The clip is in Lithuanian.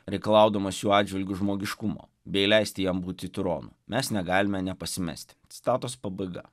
reikalaudamas jų atžvilgiu žmogiškumo bei leisti jam būti tironu mes negalime nepasimesti citatos pabaiga